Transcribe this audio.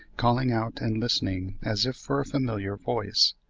calling out and listening as if for a familiar voice.